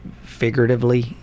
figuratively